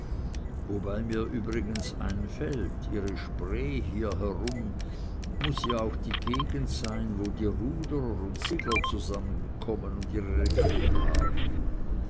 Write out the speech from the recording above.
wobei mir übrigens einfällt ihre spree hierherum muß ja auch die gegend sein wo die ruderer und segler zusammenkommen und ihre regatten haben